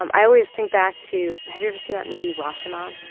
um i always think back to have you ever seen that movie rashomon?